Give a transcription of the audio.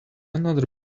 another